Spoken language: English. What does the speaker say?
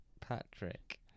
Patrick